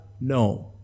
No